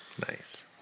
Nice